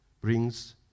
brings